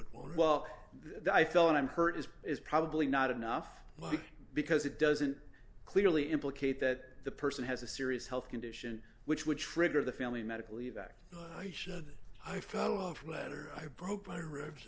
it well i fell and i'm hurt as is probably not enough because it doesn't clearly implicate that the person has a serious health condition which would trigger the family medical leave act i should i follow from that or i broke my ribs